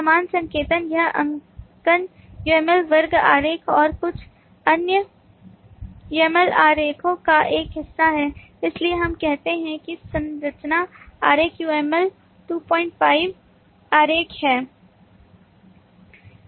समान संकेतन यह अंकन UML वर्ग आरेख और कुछ अन्य UML आरेखों का एक हिस्सा है इसलिए हम कहते हैं कि संरचना आरेख UML 25 आरेख है